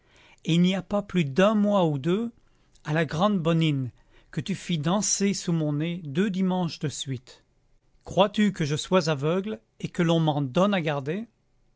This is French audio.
et il n'y a pas plus d'un mois ou deux à la grand'bonnine que tu fis danser sous mon nez deux dimanches de suite crois-tu que je sois aveugle et que l'on m'en donne à garder